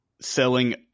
Selling